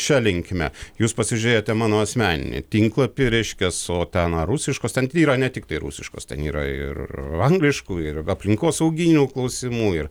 šia linkme jūs pasižiūrėjote mano asmeninį tinklapį reiškias o ten ar rusiškos ten yra ne tiktai rusiškos ten yra ir angliškų ir aplinkosauginių klausimų ir